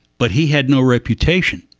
but he had no reputation.